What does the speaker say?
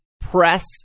press